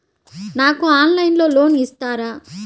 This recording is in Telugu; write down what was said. నాకు ఆన్లైన్లో లోన్ ఇస్తారా?